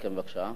בבקשה.